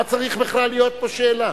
מה צריכה להיות פה שאלה?